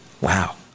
Wow